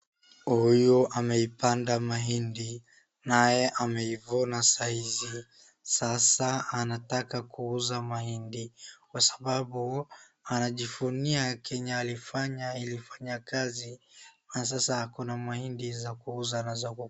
Huyu ameipanda mahindi naye amevuna sahizi. Sasa anataka kuuza mahindi kwa sababu anajivunia kenye alifanya, alifanya kazi na sasa kuna mahindi za kuuza na kukula.